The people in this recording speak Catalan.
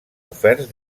oferts